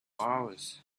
hours